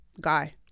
guy